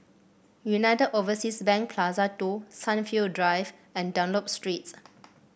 United Overseas Bank Plaza Two Sunview Drive and Dunlop Street